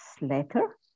later